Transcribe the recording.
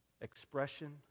expression